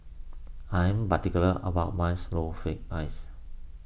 I am particular about my Snowflake Ice